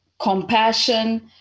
compassion